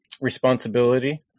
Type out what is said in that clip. Responsibility